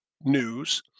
news